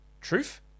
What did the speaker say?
Truth